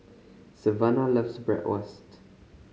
Savanna loves Bratwurst